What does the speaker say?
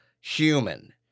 human